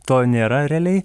to nėra realiai